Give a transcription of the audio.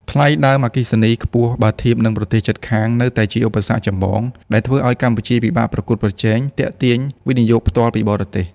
ថ្លៃដើមអគ្គិសនីខ្ពស់បើធៀបនឹងប្រទេសជិតខាង នៅតែជាឧបសគ្គចម្បងដែលធ្វើឱ្យកម្ពុជាពិបាកប្រកួតប្រជែងទាក់ទាញ វិនិយោគផ្ទាល់ពីបរទេស។